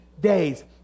days